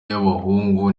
y’abahungu